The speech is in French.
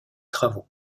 travaux